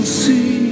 see